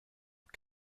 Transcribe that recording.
for